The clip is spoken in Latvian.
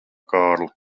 kārli